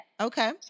Okay